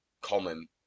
common